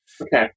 Okay